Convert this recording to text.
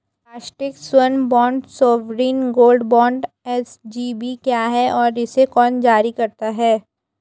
राष्ट्रिक स्वर्ण bond sovereign gold bond SGB क्या है और इसे कौन जारी करता है?